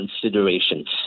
considerations